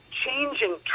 changing